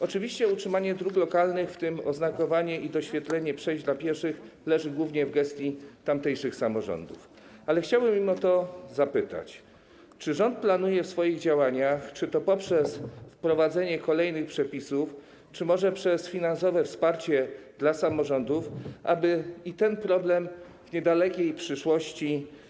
Oczywiście utrzymanie dróg lokalnych, w tym oznakowanie i doświetlenie przejść dla pieszych, leży głównie w gestii tamtejszych samorządów, chciałbym jednak mimo to zapytać, czy rząd planuje w swoich działaniach, czy to poprzez wprowadzenie kolejnych przepisów, czy może poprzez finansowe wsparcie dla samorządów, rozwiązanie również tego problemu w niedalekiej przyszłości.